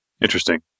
Interesting